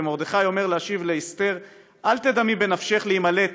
ומרדכי אומר להשיב לאסתר: "אל תדמי בנפשך להמלט